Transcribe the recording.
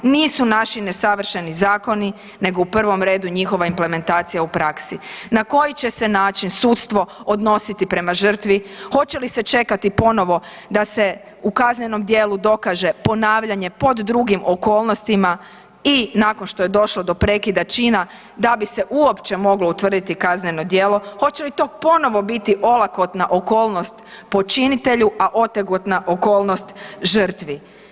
Nisu naši nesavršeni zakoni nego u prvom redu njihove implementacija u praksi, na koji će se način sudstvo odnositi prema žrtvi, hoće li se čekati ponovo da se u kaznenom dijelu dokaže ponavljanje pod drugim okolnostima i nakon što je došlo do prekida čina da bi se uopće moglo utvrditi kazneno djelo, hoće li to ponovo biti olakotna okolnost počinitelju, a otegotna okolnost žrtvi?